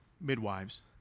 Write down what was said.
midwives